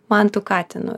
mantu katinu